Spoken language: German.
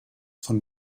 von